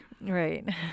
right